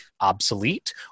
obsolete